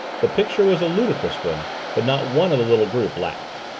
the picture was a ludicrous one but not one of the little group laughed.